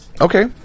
Okay